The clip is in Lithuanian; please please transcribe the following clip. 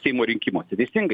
seimo rinkimuose teisingai